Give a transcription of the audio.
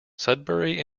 sudbury